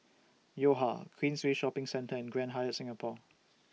Yo Ha Queensway Shopping Centre and Grand Hyatt Singapore